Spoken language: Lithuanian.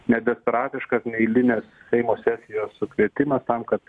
ne desperatiškas neeilinės seimo sesijos sukvietimas tam kad